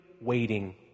waiting